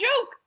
joke